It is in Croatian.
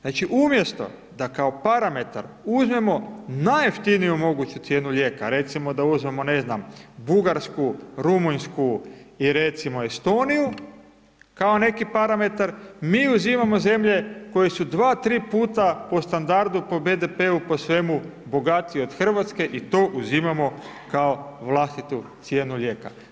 Znači umjesto da kao parametar uzmemo najjeftiniju moguću cijenu lijeka, recimo da uzmemo ne znam, Bugarsku, Rumunjsku i recimo Estoniju kao neki parametar, mi uzimamo zemlje koje su 2, 3 puta po standardu, po BDP-u, po svemu bogatije od Hrvatske i to uzimamo kao vlastitu cijenu lijeka.